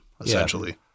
essentially